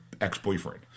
ex-boyfriend